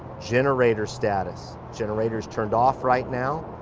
generator status generator's turned off right now,